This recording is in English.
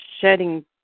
Shedding